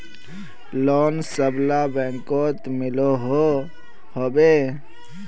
Loan सबला बैंकोत मिलोहो होबे?